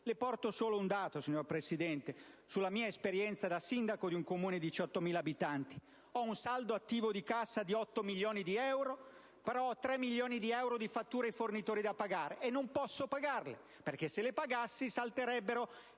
Le porto solo un dato, signor Presidente, riferito alla mia esperienza di sindaco di un Comune di 18.000 abitanti: ho un saldo attivo di cassa di otto milioni di euro, ma ho tre milioni di euro di fatture ai fornitori da pagare, e non posso pagarle perché, se lo facessi, salterebbero